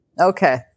Okay